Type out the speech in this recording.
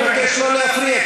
אני מבקש לא להפריע,